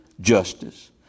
justice